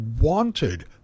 wanted